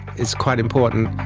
it's quite important.